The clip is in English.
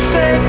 Say